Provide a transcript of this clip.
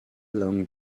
long